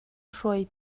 hruai